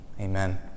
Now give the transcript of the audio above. Amen